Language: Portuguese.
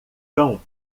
cão